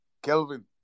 Kelvin